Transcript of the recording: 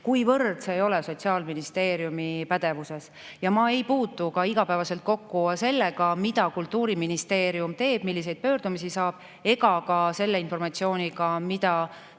kuivõrd see ei ole Sotsiaalministeeriumi pädevuses. Ma ei puutu ka igapäevaselt kokku sellega, mida Kultuuriministeerium teeb ja milliseid pöördumisi saab, ega ka selle informatsiooniga,